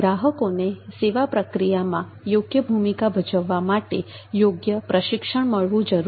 ગ્રાહકોને સેવા પ્રક્રિયામાં યોગ્ય ભૂમિકા ભજવવા માટે યોગ્ય પ્રશિક્ષણ મળવું જરૂરી છે